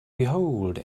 behold